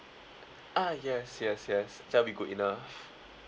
ah yes yes yes that'll be good enough